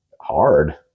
hard